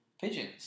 Pigeons